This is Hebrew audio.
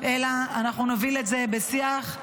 אלא אנחנו נוביל את זה בשיח,